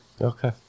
okay